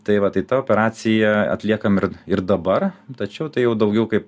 tai va tai tą operaciją atliekam ir ir dabar tačiau tai jau daugiau kaip